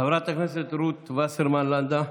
חברת הכנסת רות וסרמן לנדה,